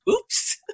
Oops